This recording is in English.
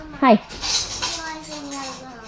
Hi